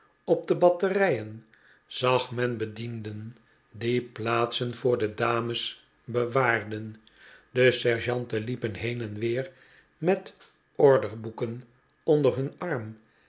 op de batterijen zag men bedienden die plaatsen voor de dames bewaarden de sergeanten liepen heen en weer met orderboeken onder hun arm